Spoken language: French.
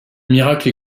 miracle